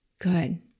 Good